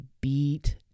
beat